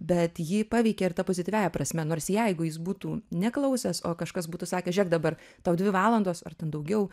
bet ji paveikė ir tą pozityviąja prasme nors jeigu jis būtų neklausęs o kažkas būtų sakęs žiūrėk dabar tau dvi valandos ar ten daugiau